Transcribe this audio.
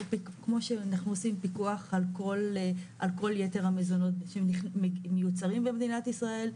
כמו שאנחנו עושים פיקוח על כל יתר המזונות שמיוצרים במדינת ישראל,